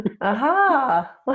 Aha